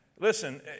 Listen